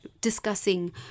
discussing